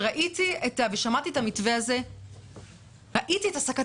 כששמעתי על המתווה הזה ראיתי את הסקת